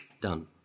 Done